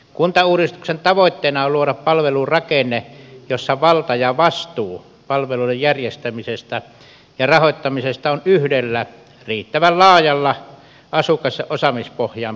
kuntauudistuksen tavoitteena on luoda palvelurakenne jossa valta ja vastuu palveluiden järjestämisestä ja rahoittamisesta on yhdellä riittävän laajalla asukas ja osaamispohjaan perustuvalla kotikunnalla